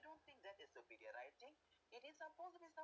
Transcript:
I don't think that is superior writing it is supposed to be sup~